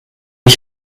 ich